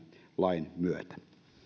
lain myötä